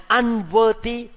unworthy